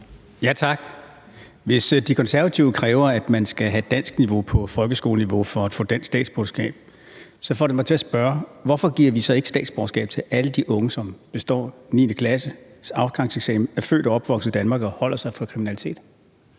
Tak. Hvis De Konservative kræver, at man skal have et danskniveau på folkeskoleniveau for at få dansk statsborgerskab, får det mig til at spørge: Hvorfor giver vi så ikke statsborgerskab til alle de unge, som består 9. klasses afgangseksamen, er født og opvokset i Danmark og holder sig fra kriminalitet?